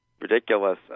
ridiculous